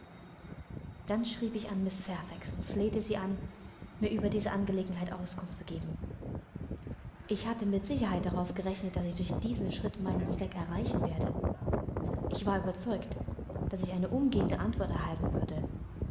dann schrieb ich an mrs fairfax und flehte sie an mir über diese angelegenheit auskunft zu geben ich hatte mit sicherheit darauf gerechnet daß ich durch diesen schritt meinen zweck erreichen werde ich war überzeugt daß ich eine umgehende antwort erhalten würde